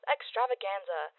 Extravaganza